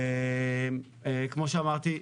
כמו שאמרתי,